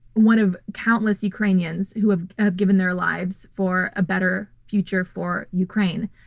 one of countless ukrainians who have given their lives for a better future for ukraine.